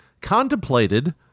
contemplated